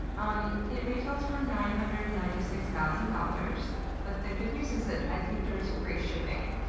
um it retails for nine hundred and ninety six thousand dollars but the good news is that i think there's free shipping.